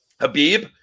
Habib